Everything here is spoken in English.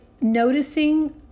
noticing